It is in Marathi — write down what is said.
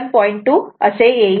2 असे येईल